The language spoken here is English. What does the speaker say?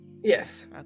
Yes